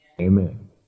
Amen